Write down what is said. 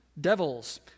devils